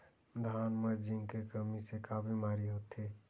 धान म जिंक के कमी से का बीमारी होथे?